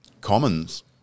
Commons